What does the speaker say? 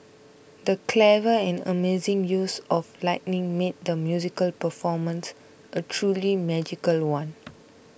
the clever and amazing use of lighting made the musical performance a truly magical one